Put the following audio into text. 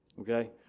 Okay